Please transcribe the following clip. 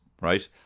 right